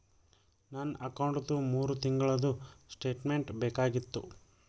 ನನ್ನ ಅಕೌಂಟ್ದು ಮೂರು ತಿಂಗಳದು ಸ್ಟೇಟ್ಮೆಂಟ್ ಬೇಕಾಗಿತ್ತು?